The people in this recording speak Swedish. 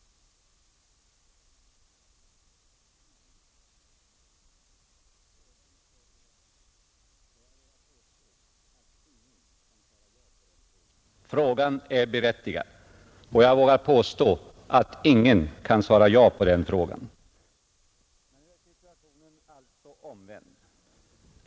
Frågan är berättigad, och jag vågar påstå att ingen kan svara ja på den. Men nu är situationen alltså omvänd.